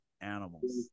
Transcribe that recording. animals